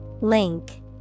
Link